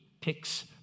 picks